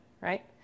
right